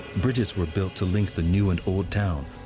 bridges were built to link the new and old town.